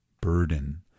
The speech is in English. burden